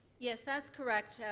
yes, that's correct,